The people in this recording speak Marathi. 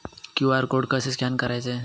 क्यू.आर कोड कसे स्कॅन करायचे?